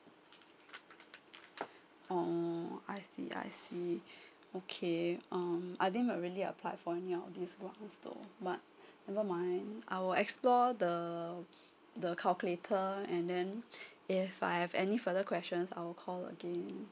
oh I see I see okay um I didn't really applied for any of these but never mind I'll explore the the calculator and then if I have any further questions I'll call again